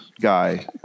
guy